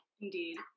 indeed